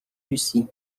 lucie